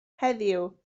heddiw